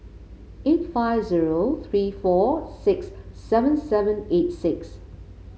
eight five zero three four six seven seven eight six